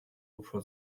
უფრო